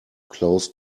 close